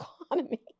economy